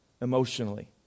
emotionally